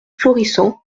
florissant